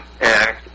Act